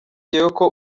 yongeyeho